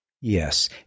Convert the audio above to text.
Yes